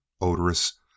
odorous